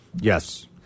Yes